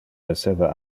esseva